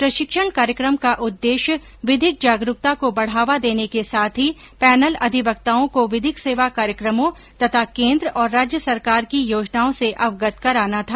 प्रशिक्षण कार्यक्रम का उद्देश्य विधिक जागरूकता को बढ़ावा देने के साथ ही पैनल अधिवक्ताओं को विधिक सेवा कार्यक्रमों तथा केन्द्र और राज्य सरकार की योजनाओं से अवगत कराना था